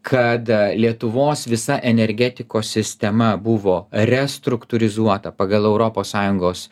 kad lietuvos visa energetikos sistema buvo restruktūrizuota pagal europos sąjungos